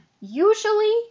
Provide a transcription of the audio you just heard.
Usually